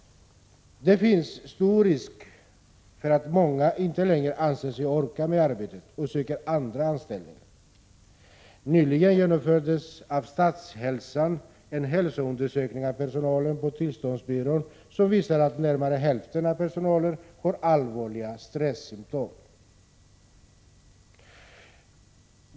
Det finns stor risk för att många inte längre anser sig orka med arbetet och söker andra anställningar. Nyligen genomförde Statshälsan en hälsoundersökning av personalen på tillståndsbyrån som visar att närmare hälften av personalen har allvarliga stressymtom.